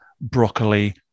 broccoli